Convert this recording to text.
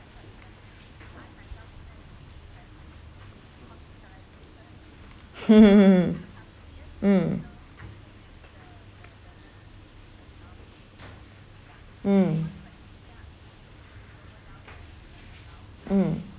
mmhmm mmhmm mm mm mm